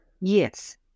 Yes